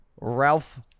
Ralph